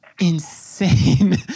insane